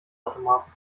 automaten